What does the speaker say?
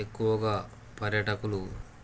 ఎక్కువగా పర్యాటకులు